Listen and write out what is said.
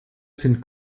sind